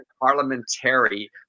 Parliamentary